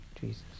Jesus